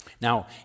Now